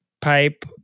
pipe